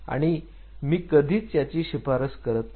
आणि मी कधीच याची शिफारस करत नाही